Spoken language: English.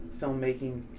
filmmaking